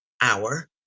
hour